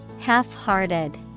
Half-hearted